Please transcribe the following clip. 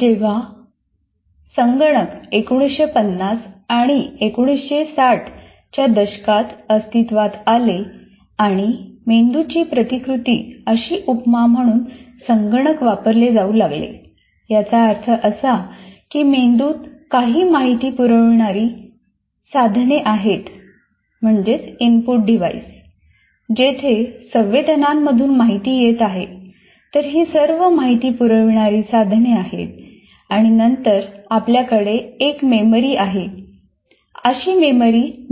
जेव्हा संगणक 1950 आणि 1960 च्या दशकात अस्तित्वात आले आणि मेंदूची प्रतिकृती अशी उपमा म्हणून संगणक वापरले जाऊ लागले याचा अर्थ असा की मेंदूत काही माहिती पुरवणारी साधने आहेत आहे अशी मेमरी